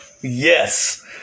Yes